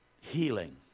healing